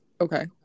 okay